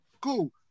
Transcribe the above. cool